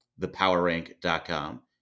ThePowerRank.com